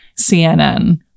CNN